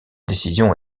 décision